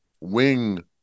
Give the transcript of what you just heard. wing